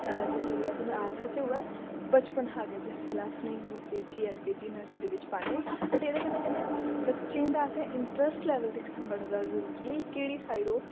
जिस बेल्लै अस उ'नें आर्टस च होऐ बचपन हा गै जिस बेल्लै अस उ'नें U K G L K G nursery बिच्च पान्ने बट एह्दे कन्नै कन्नै बच्चें दा असें इंटरस्ट लेवल दिक्खना बड़ा ज्यादा जरूरी ऐ कि केह्ड़ी साइड ओह्